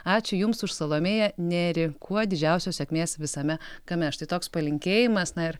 ačiū jums už salomėją nėrį kuo didžiausios sėkmės visame kame štai toks palinkėjimas na ir